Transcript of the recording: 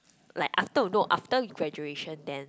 like after no after graduation then